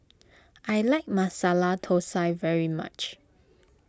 I like Masala Thosai very much